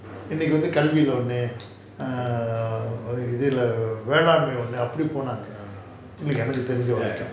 இன்னிக்கி வந்து கல்விலே ஊனு:inniki vanthu kalvila oonu err வெள்ளாமை ஒன்னுன்னு அப்பிடி போனாங்க எனக்கு தெரிஞ்ச வரைக்கும்:vellaamai onunu apidi ponaanga ennakku terinja varaikum